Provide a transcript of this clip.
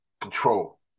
control